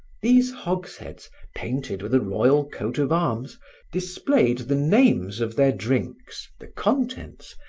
these hogsheads painted with a royal coat of arms displayed the names of their drinks, the contents,